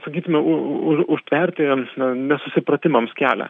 sakysime u u u užtverti jam prasme nesusipratimams kelią